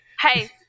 Hey